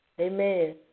amen